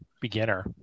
beginner